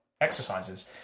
exercises